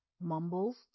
mumbles